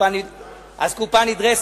אסקופה נדרסת,